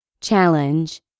Challenge